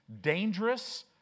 dangerous